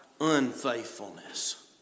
unfaithfulness